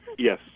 Yes